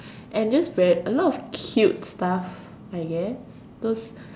and just read a lot of cute stuff I guess those